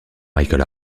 michel